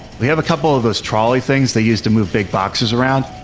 we have a couple of those trolley things they used to move big boxes around.